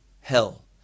hell